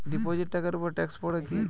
Deposit টাকার উপর tax পড়ে কি?